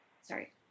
sorry